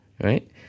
right